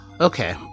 okay